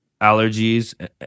allergies